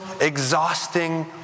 exhausting